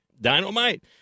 dynamite